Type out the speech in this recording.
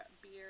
beer